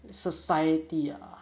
society ah